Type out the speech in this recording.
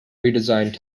redesigned